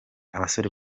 abasore